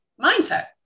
mindset